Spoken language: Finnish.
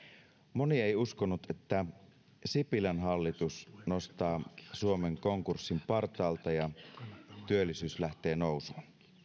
moni ei uskonut että sipilän hallitus nostaa suomen konkurssin partaalta ja työllisyys lähtee nousuun